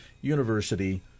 University